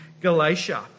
Galatia